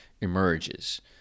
emerges